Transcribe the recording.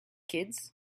kids